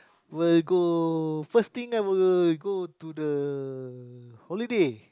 will go first thing I will go to the holiday